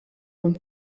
non